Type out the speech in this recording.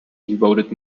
devoted